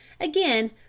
again